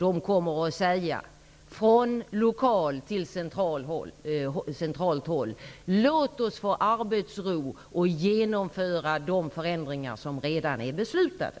De kommer från lokalt till centralt håll att säga: Låt oss få arbetsro att genomföra de förändringar som redan är beslutade.